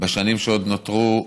בשנים שעוד נותרו,